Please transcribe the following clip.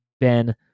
Ben